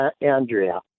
Andrea